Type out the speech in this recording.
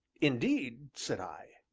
indeed! said i.